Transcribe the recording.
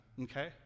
okay